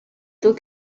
tôt